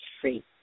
free